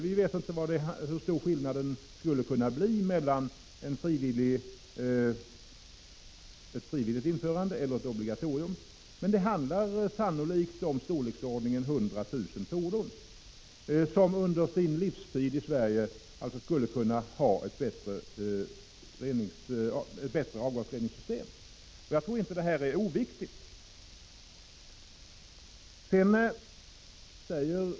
Vi vet inte hur stor skillnaden är mellan ett frivilligt införande och ett obligatorium, men det handlar sannolikt om 100 000 fordon som under sin livstid i Sverige skulle kunna ha ett bättre avgasreningssystem. Jag tror inte att det är oviktigt.